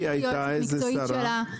הייתי היועצת המקצועית שלה.